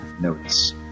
notice